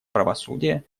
правосудия